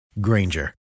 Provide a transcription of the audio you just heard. Granger